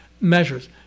measures